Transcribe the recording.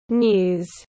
news